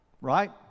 right